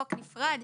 חוק נפרד,